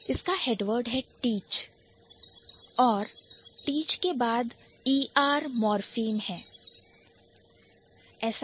इसका Head word है Teach teach और 'er' morpheme है